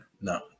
No